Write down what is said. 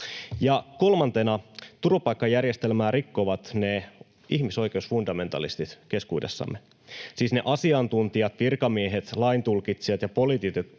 kolmantena turvapaikkajärjestelmää rikkovat ihmisoikeusfundamentalistit keskuudessamme, siis ne asiantuntijat, virkamiehet, laintulkitsijat ja poliitikot,